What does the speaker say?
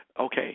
okay